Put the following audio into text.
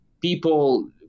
People